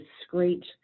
discrete